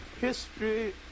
History